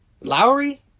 Lowry